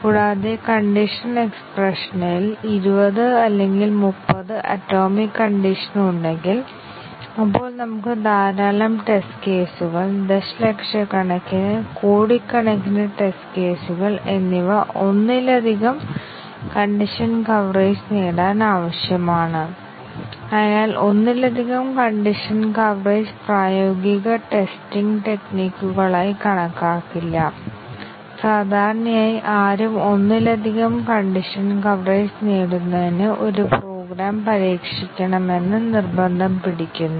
അതിനാൽ മൂന്നിൽ നിന്ന് എല്ലായ്പ്പോഴും ലൂപ്പ് എക്സ്പ്രഷൻ വിലയിരുത്തുകയും ഒരിക്കൽ ലൂപ്പ് എക്സ്പ്രഷൻ വിലയിരുത്തുകയും ചെയ്താൽ അത് തെറ്റായി വിലയിരുത്തുകയാണെങ്കിൽ എഡ്ജ് ഇവിടെ 4 ലേക്ക് വലിച്ചിടുകയും ഒരു കൺട്രോൾ ഫ്ലോ ഗ്രാഫിൽ ഇത് ശരിയാണോ അതോ ഇത് എന്ന് വിലയിരുത്തുന്ന വ്യവസ്ഥകൾ ഞങ്ങൾ എഴുതുകയുമില്ല ഒരു ഫ്ലോ ചാർട്ടിൽ ഞങ്ങൾ ചെയ്യുന്നത് തെറ്റാണെന്ന് വിലയിരുത്തുന്നു പക്ഷേ കൺട്രോൾനു ഒരു നോഡിൽ നിന്ന് മറ്റൊന്നിലേക്ക് കൈമാറാൻ കഴിയുന്നിടത്തോളം കാലം ഞങ്ങൾ എഡ്ജ് വരയ്ക്കുന്നു